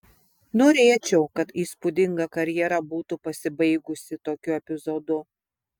norėčiau kad įspūdinga karjera būtų pasibaigusi tokiu epizodu